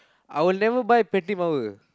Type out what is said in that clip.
I will never buy பெட்டி மாவு:petdi maavu